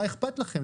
מה איכפת לכם,